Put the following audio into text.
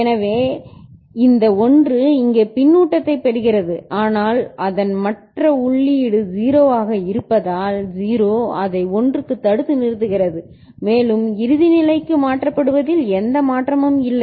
எனவே இந்த 1 இங்கே பின்னூட்டத்தைப் பெறுகிறது ஆனால் அதன் மற்ற உள்ளீடு 0 ஆக இருப்பதால் 0 அதை 1 க்குத் தடுத்து நிறுத்துகிறது மேலும் இறுதி நிலைக்கு மாற்றப்படுவதில் எந்த மாற்றமும் இல்லை